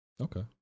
Okay